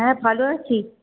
হ্যাঁ ভালো আছি